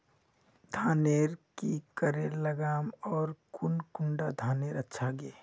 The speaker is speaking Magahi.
धानेर की करे लगाम ओर कौन कुंडा धानेर अच्छा गे?